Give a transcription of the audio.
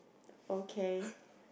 okay